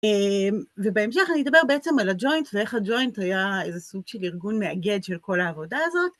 ובהמשך אני אדבר בעצם על הג'וינט ואיך הג'וינט היה איזה סוג של ארגון מאגד של כל העבודה הזאת